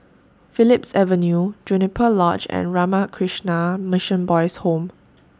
Phillips Avenue Juniper Lodge and Ramakrishna Mission Boys' Home